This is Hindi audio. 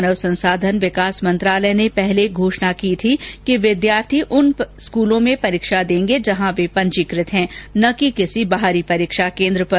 मानव संसाधन विकास मंत्रालय ने पहले ही घोषणा की थी कि विद्यार्थी उन स्कूलों में परीक्षा देंगे जहां वे पंजीकृत हैं न कि किसी बाहरी परीक्षा केन्द्र पर